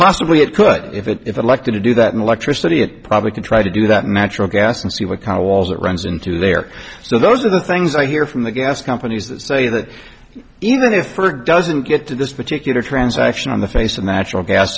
possibly it could if it if elected to do that in electricity it probably could try to do that natural gas and see what kind of walls it runs into there so those are the things i hear from the gas companies that say that even if earth doesn't get to this particular transaction on the face of natural gas